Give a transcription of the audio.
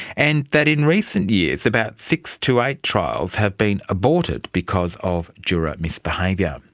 and that in recent years about six to eight trials have been aborted because of juror misbehaviour.